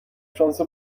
شانس